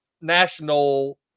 national